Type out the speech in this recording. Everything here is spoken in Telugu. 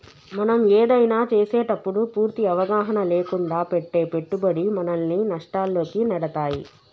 మనం ఏదైనా చేసేటప్పుడు పూర్తి అవగాహన లేకుండా పెట్టే పెట్టుబడి మనల్ని నష్టాల్లోకి నెడతాయి